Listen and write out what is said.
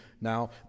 now